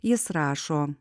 jis rašo